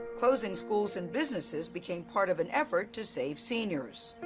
closing schools and businesses became part of an effort to save seniors.